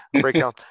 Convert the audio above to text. Breakdown